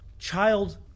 Child